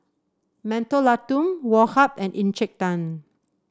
Mentholatum Woh Hup and Encik Tan